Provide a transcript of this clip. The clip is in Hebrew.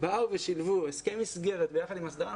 באו ושילבו הסכם מסגרת ביחד עם הסדרה,